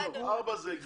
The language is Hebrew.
ארבע זה הגיוני.